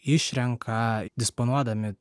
išrenka disponuodami